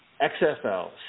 XFL